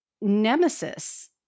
Nemesis